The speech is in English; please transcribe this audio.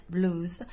Blues